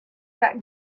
that